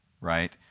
right